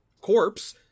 corpse